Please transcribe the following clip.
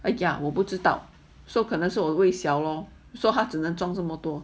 yup 我不知道 so 可能是我胃小 loh 只能装这么多